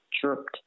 chirped